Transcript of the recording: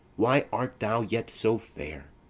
why art thou yet so fair?